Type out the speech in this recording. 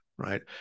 Right